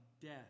death